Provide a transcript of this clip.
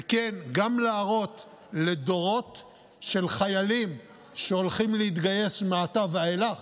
וכן להראות לדורות של חיילים שהולכים להתגייס מעתה ואילך